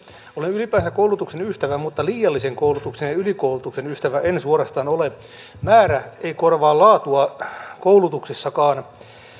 olen ylipäänsä koulutuksen ystävä mutta liiallisen koulutuksen ja ylikoulutuksen ystävä en suorastaan ole määrä ei korvaa laatua koulutuksessakaan